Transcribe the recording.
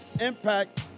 impact